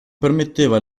permetteva